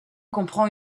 comprend